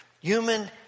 Human